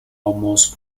almost